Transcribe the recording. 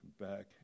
back